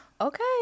okay